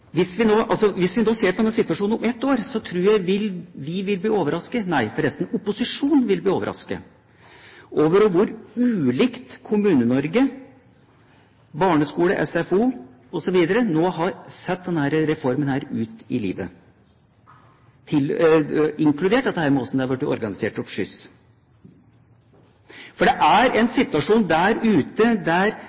vi vil bli overrasket – nei, forresten, opposisjonen vil bli overrasket – over hvor ulikt Kommune-Norge, barneskole, SFO, osv. har satt denne reformen ut i livet, inkludert hvordan det er blitt organisert med skyss. Det er en situasjon der ute der